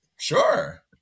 Sure